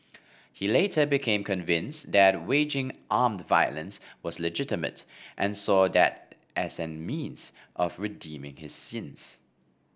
he later became convinced that waging armed violence was legitimate and saw that as a means of redeeming his sins